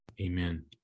Amen